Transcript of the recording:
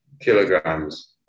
kilograms